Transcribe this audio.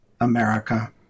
America